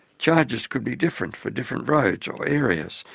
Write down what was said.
charges could be different for different roads or areas,